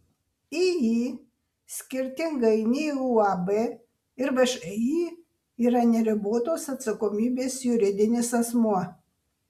iį skirtingai nei uab ir všį yra neribotos atsakomybės juridinis asmuo